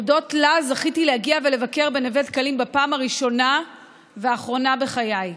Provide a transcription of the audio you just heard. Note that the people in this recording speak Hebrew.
הודות לה זכיתי להגיע ולבקר בנווה דקלים בפעם הראשונה והאחרונה בחיי.